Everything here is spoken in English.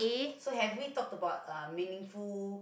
so have we talked about uh meaningful